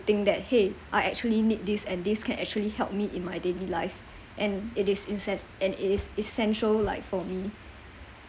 think that !hey! I actually need this and this can actually help me in my daily life and it is essen~ and it is essential like for me